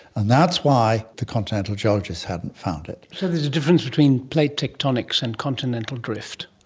and that's why the continental geologists hadn't found it. so there's a difference between plate tectonics and continental drift.